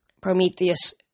Prometheus